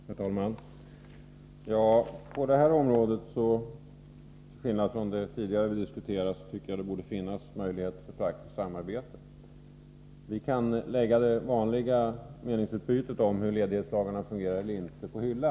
Herr talman! På detta område tycker jag att det, till skillnad från det förra vi diskuterade, borde finnas möjligheter till praktiskt samarbete. Vi kan lägga det vanliga meningsutbytet om hur ledighetslagarna fungerar eller inte fungerar på hyllan.